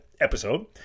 episode